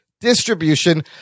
distribution